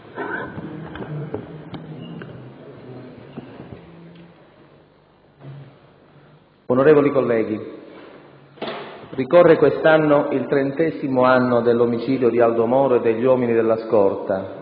Onorevoli colleghi, ricorre quest'anno il trentesimo anno dell'omicidio di Aldo Moro e degli uomini della scorta,